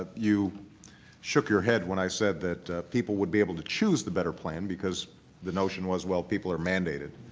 ah you shook your head when i said that people would be able to choose the better plan because the notion was, well, people are mandated.